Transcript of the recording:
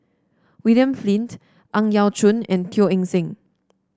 William Flint Ang Yau Choon and Teo Eng Seng